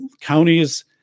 counties